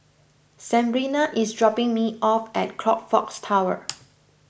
Sebrina is dropping me off at Crockfords Tower